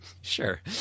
Sure